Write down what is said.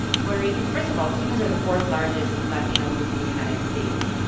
puerto ricans first of all, cubans are the fourth-largest latino group in the united states.